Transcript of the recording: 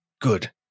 Good